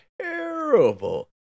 terrible